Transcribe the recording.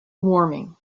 warming